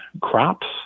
crops